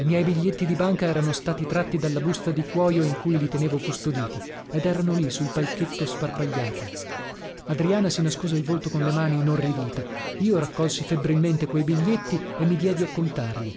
i miei biglietti di banca erano stati tratti dalla busta di cuojo in cui li tenevo custoditi ed erano lì sul palchetto sparpagliati adriana si nascose il volto con le mani inorridita io raccolsi febbrilmente quei biglietti e mi diedi a contarli